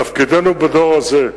תפקידנו בדור הזה,